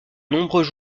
nombreux